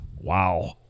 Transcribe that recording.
Wow